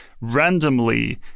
randomly